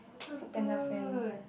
so good